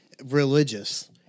religious